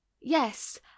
Yes